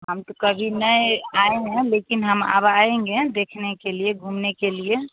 हम तो कभी नहीं आए हैं लेकिन हम अब आएँगे देखने के लिए घूमने के लिए